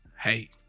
Hey